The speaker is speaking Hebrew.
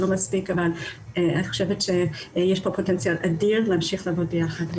אני חושבת שיש כאן פוטנציאל אדיר להמשיך לעבוד ביחד.